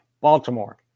Baltimore